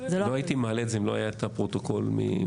לא הייתי מעלה את זה אם לא היה את הפרוטוקול מ-2021.